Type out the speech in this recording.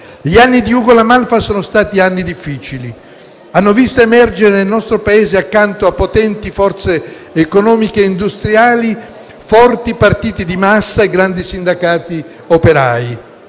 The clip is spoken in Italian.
Gli anni di Ugo La Malfa sono stati anni difficili: hanno visto emergere nel nostro Paese, accanto a potenti forze economiche e industriali, forti partiti di massa e grandi sindacati operai.